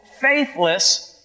faithless